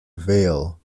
veil